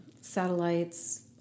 satellites